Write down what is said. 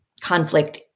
conflict